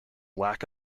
lack